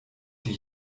die